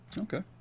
Okay